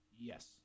Yes